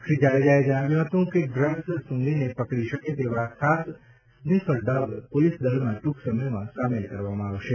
શ્રી જાડેજાએ જણાવ્યું હતું કે ડ્રગ્સ સુંઘીને પકડી શકે તેવા ખાસ સ્નિફર ડોગ પોલીસ દળમાં ટૂંક સમયમાં સામેલ કરવામાં આવશે